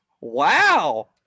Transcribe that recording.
Wow